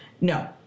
No